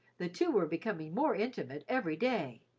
the two were becoming more intimate every day,